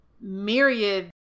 myriad